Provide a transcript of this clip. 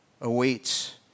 awaits